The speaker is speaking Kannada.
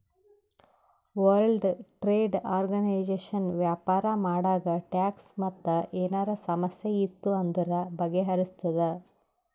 ವರ್ಲ್ಡ್ ಟ್ರೇಡ್ ಆರ್ಗನೈಜೇಷನ್ ವ್ಯಾಪಾರ ಮಾಡಾಗ ಟ್ಯಾಕ್ಸ್ ಮತ್ ಏನರೇ ಸಮಸ್ಯೆ ಇತ್ತು ಅಂದುರ್ ಬಗೆಹರುಸ್ತುದ್